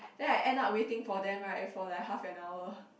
then I end up waiting for them right for like half an hour